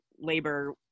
labor